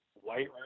White